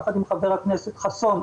יחד עם חבר הכנסת חסון,